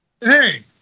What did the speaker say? Hey